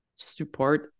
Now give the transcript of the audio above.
support